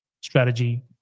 strategy